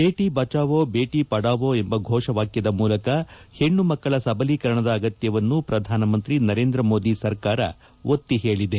ಜೇಟಿ ಬಚಾವೋ ದೇಟಿ ಪಢಾವೋ ಎಂಬ ಘೋಷವಾಕ್ಕದ ಮೂಲಕ ಹೆಣ್ಣುಮಕ್ಕಳ ಸಬಲೀಕರಣದ ಆಗತ್ಯವನ್ನು ಪ್ರಧಾನಮಂತ್ರಿ ನರೇಂದ್ರ ಮೋದಿ ಸರ್ಕಾರ ಒತ್ತಿ ಹೇಳಿದೆ